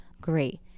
great